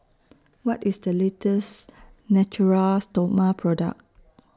What IS The latest Natura Stoma Product